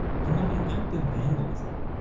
committed an act of vandalism?